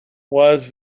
was